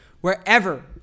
wherever